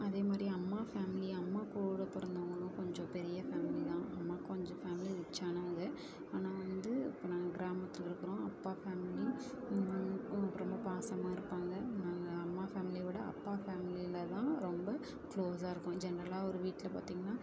அதே மாதிரி அம்மா ஃபேமிலி அம்மா கூட பிறந்தவங்களும் கொஞ்சம் பெரிய ஃபேமிலி தான் அம்மா கொஞ்சம் ஃபேமிலி ரிச்சானவங்க ஆனால் வந்து இப்போ நாங்கள் கிராமத்தில் இருக்கிறோம் அப்பா ஃபேமிலி உம் ரொம்ப பாசமாக இருப்பாங்க நல்ல அம்மா ஃபேமிலியை விட அப்பா ஃபேமிலியில் தான் ரொம்ப க்ளோஸாக இருக்கும் ஜென்ரலாக ஒரு வீட்டில் பார்த்திங்கனா